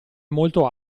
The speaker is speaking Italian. molto